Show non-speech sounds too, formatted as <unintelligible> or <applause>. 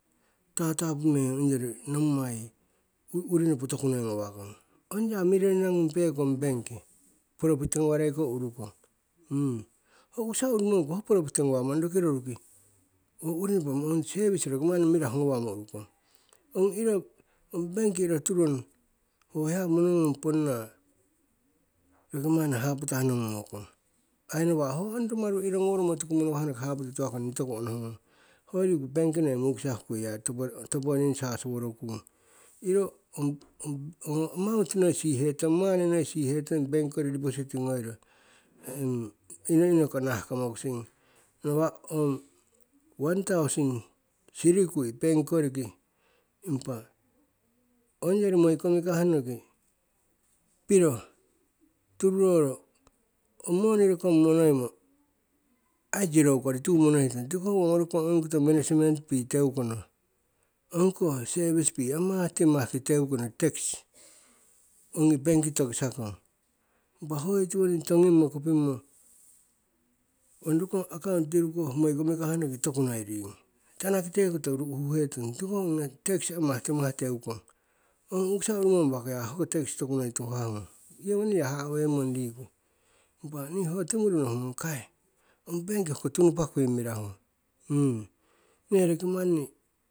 Tatapu meng ongori nommai urinopo toku noi ngawakong, ongya millionaire ngung pekong bank profit ngawareiko urukong. <hesitation> ho u'kisa urumongko ho profit ngawa mong roki roruki ong service roki mani mirahu ngawamo urukong. Ong bank iro turong ho hiya monongong ponna roki mani hapatah nong ngokong, ai nawa' ho ong rumnaru iro monowamo hapoto tawakong ni toku onohungong ho riku bank mukisa huku topowoning sasoworokung. Iro ong amount noi sihihetong mani noi sihihetong bankikori deposting ngoiro inoinoko nahah ko mokusing nawa'ko wan thousand sirikui bankikoriki, impa ongyori moi komikah noki piro tururoro ong moni rokong monoimo ai zero kori tuyu monoihetong tiko hoko owonowo rokong ongi koto management fee teukono, ongkoh service fee ki teukono, amahtimah ki teukono, tax ongi bank tokisakong. Impa hoi tiwoning tongimmo kopingmo ong rokong account <unintelligible> moi komikah noki toku noi riing. tanakite koto ru'huhetong tiko hoko ongi tax amahtimah teukong. Ong u'kisa urumong wakoya hoko tax amahtimah tokunoi tuhah ngung, yewoning ya haha'weng mong. Ni hoko timuru hohu ngong akai ong bank hoko tunupakui mirahu <hesitation> nee roki manni